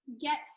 get